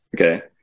Okay